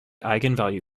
eigenvalue